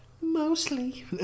mostly